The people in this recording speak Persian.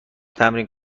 تمرین